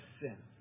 sin